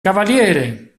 cavaliere